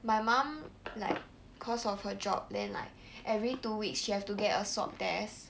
my mum like cause of her job then like every two weeks you have to get a swab test